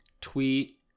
Tweet